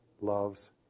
loves